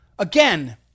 Again